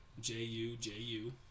J-U-J-U